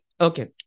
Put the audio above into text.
Okay